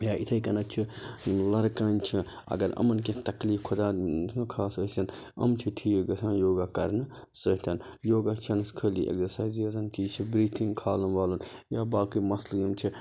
یا یِتھے کٔنٮ۪تھ چھُ لَرکانہِ چھ اَگَر یِمَن کیٚنٛہہ تَکلیٖف خۄدا نہَ خاصہٕ ٲسِنۍ یِم چھِ ٹھیٖک گَژھان یوٚگا کَرنہٕ سٕتٮ۪ن یوٚگا چھَ نہٕ أسۍ خٲلی ایٚگزَرسایزے یٲژَن تہٕ یہِ چھِ بریٖتھِنٛگ کھالُن والُن یا باقٕے مَسلہٕ یم چھِ